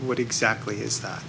what exactly is that